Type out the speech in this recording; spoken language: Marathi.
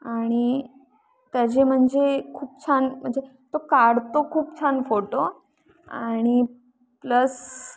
आणि त्याजे म्हणजे खूप छान म्हणजे तो काढतो खूप छान फोटो आणि प्लस